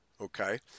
Okay